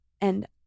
And-